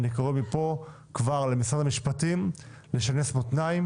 אני קורא מכאן למשרד המשפטים לשנס מותניים